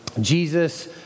Jesus